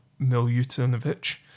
Milutinovic